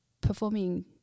performing